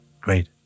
Great